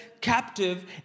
captive